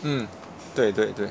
mm 对对对